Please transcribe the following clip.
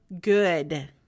good